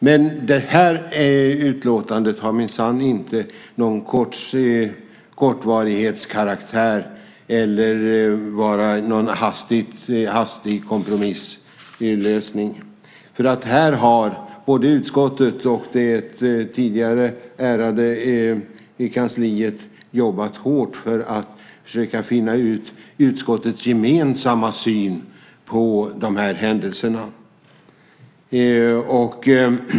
Men det här utlåtandet har minsann inte någon kortvarighetskaraktär och är inte någon hastig kompromisslösning. Här har både utskottet och det tidigare ärade kansliet jobbat hårt för att försöka finna utskottets gemensamma syn på händelserna.